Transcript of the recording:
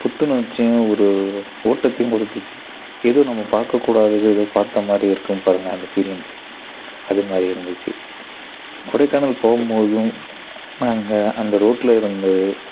புத்துணர்ச்சியும் ஒரு ஊட்டத்தையும் குடுத்துச்சு எது நம்ம பார்க்கக்கூடாதது எதோ பாத்தமாதிரி இருக்கும் பாருங்கள் அந்த ஃபீலிங்ஸ் அதுமாதிரி இருந்துச்சு கொடைக்கானல் போவும்போதும் நாங்கள் அந்த ரோட்டில் இருந்து